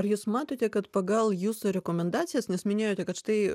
ar jūs matote kad pagal jūsų rekomendacijas nes minėjote kad štai